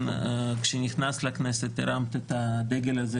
כשנכנסת לכנסת הרמת את הדגל הזה,